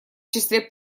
числе